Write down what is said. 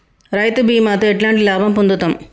రైతు బీమాతో ఎట్లాంటి లాభం పొందుతం?